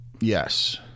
Yes